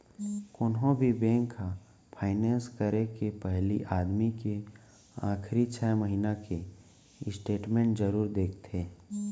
कोनो भी बेंक ह फायनेंस करे के पहिली आदमी के आखरी छै महिना के स्टेट मेंट जरूर देखथे